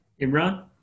Imran